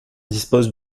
dispose